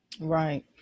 Right